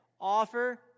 Offer